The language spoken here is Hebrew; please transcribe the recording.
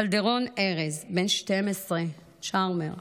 קלדרון ארז, בן 12, צ'ארמר,